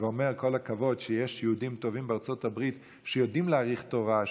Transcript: ואומר: כל הכבוד שיש יהודים טובים בארצות הברית שיודעים להעריך תורה,